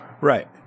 Right